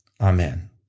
Amen